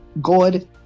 God